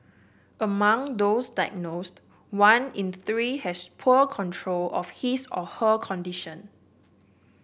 among those diagnosed one in three has poor control of his or her condition